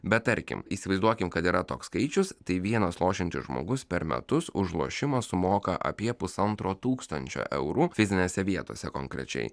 bet tarkim įsivaizduokim kad yra toks skaičius tai vienas lošiantis žmogus per metus už lošimą sumoka apie pusantro tūkstančio eurų fizinėse vietose konkrečiai